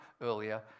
earlier